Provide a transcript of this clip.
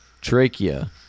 Trachea